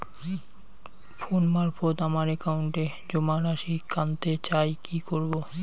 Phone মারফত আমার একাউন্টে জমা রাশি কান্তে চাই কি করবো?